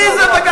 מי זה בג"ץ?